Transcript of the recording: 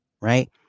right